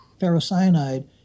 ferrocyanide